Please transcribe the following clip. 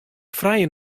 frije